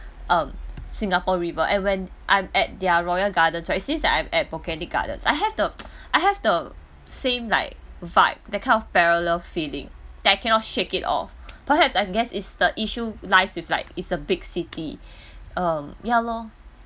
um singapore river and when I'm at their royal gardens right it seems like I'm at botanic gardens I have the I have the same like vibe that kind of parallel feeling that I cannot shake it off perhaps I've guess is the issue lies with like it's a big city um ya lor